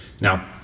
Now